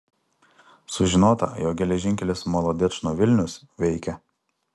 sužinota jog geležinkelis molodečno vilnius veikia